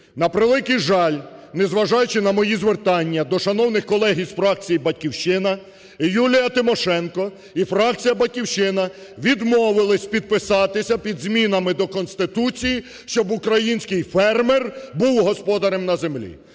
На превеликий жаль, незважаючи на мої звертання до шановних колег із фракції "Батьківщина", Юлія Тимошенко і фракція "Батьківщина" відмовились підписатися під змінами до Конституції, щоб український фермер був господарем на землі.